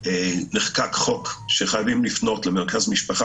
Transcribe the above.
נחקק חוק שחייבים לפנות למרכז משפחה